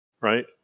right